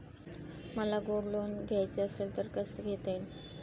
मला gold loan घ्यायचे असेल तर कसे घेता येईल?